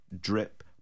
drip